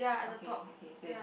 okay okay same